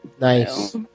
Nice